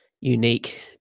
unique